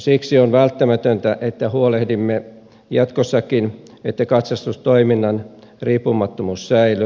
siksi on välttämätöntä että huolehdimme jatkossakin että katsastustoiminnan riippumattomuus säilyy